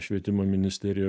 švietimo ministerija